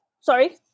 Sorry